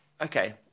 okay